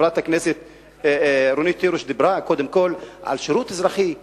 חברת הכנסת רונית תירוש דיברה קודם על שירות אזרחי.